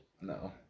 No